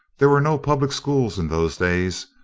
there were no public schools in those days,